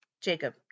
Jacob